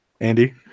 Andy